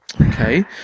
okay